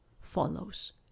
follows